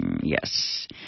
Yes